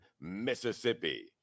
Mississippi